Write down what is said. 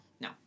No